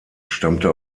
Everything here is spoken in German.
stammte